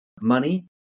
money